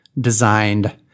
designed